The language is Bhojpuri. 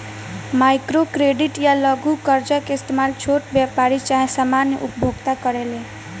माइक्रो क्रेडिट या लघु कर्जा के इस्तमाल छोट व्यापारी चाहे सामान्य उपभोक्ता करेले